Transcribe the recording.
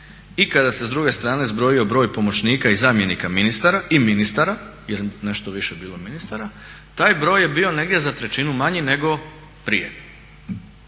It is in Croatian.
i kada se s druge strane zbrojio broj pomoćnika i zamjenika ministara i ministara jel nešto je više bilo ministara, taj broj je bio negdje za trećinu manji nego prije.